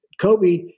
Kobe